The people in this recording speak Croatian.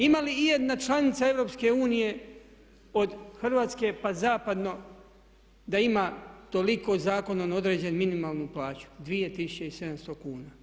Ima li ijedna članica EU od Hrvatske pa zapadno da ima toliko zakonom određenu minimalnu plaću 2700 kuna?